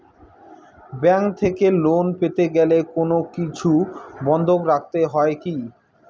Bank থেকে loan পেতে গেলে কোনো কিছু বন্ধক রাখতে হয় কি?